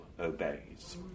obeys